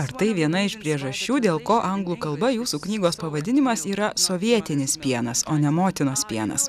ar tai viena iš priežasčių dėl ko anglų kalba jūsų knygos pavadinimas yra sovietinis pienas o ne motinos pienas